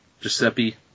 Giuseppe